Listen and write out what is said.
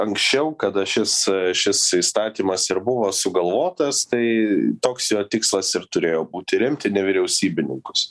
anksčiau kada šis šis įstatymas ir buvo sugalvotas tai toks jo tikslas ir turėjo būti remti nevyriausybininkus